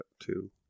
two